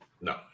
No